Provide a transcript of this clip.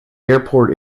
airport